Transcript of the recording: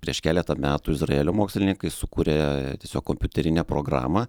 prieš keletą metų izraelio mokslininkai sukūrė tiesiog kompiuterinę programą